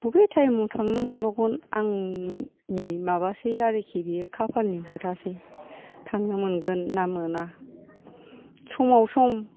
बबे टाइमाव थांनो मोनबावगोन आंनि माबासै आरोखि बेयो खाफालनि खोथासै थांनो मोनगोन ना मोना समाव सम